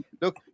Look